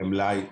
במלאי.